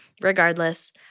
Regardless